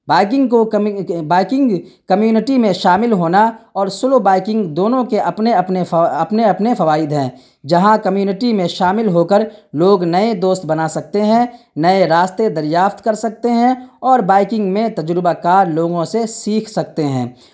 biking کو biking community میں شامل ہونا اور سلو بائکنگ دونوں کے اپنے اپنے اپنے اپنے فوائد ہیں جہاں کمیونٹی میں شامل ہو کر لوگ نئے دوست بنا سکتے ہیں نئے راستے دریافت کر سکتے ہیں اور بائکنگ میں تجربہ کار لوگوں سے سیکھ سکتے ہیں